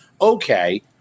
okay